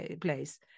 place